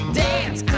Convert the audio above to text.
dance